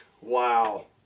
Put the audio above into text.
Wow